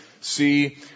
see